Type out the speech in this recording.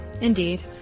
Indeed